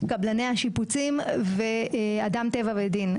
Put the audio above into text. קבלני השיפוצים ואדם טבע ודין.